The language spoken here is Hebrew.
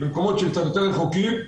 במקומות קצת יותר רחוקים,